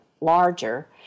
larger